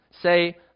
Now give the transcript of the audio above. say